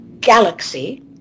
galaxy